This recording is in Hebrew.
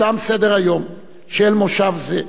תם-סדר היום של מושב זה,